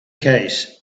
case